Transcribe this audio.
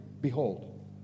behold